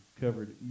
covered